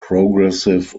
progressive